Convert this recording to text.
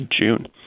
June